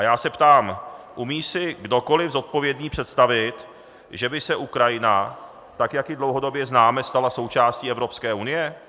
Já se ptám: Umí si kdokoliv zodpovědný představit, že by se Ukrajina, tak jak ji dlouhodobě známe, stala součástí Evropské unie?